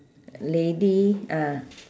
lady ah